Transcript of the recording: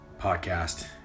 podcast